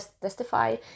testify